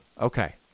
okay